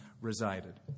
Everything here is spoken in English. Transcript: resided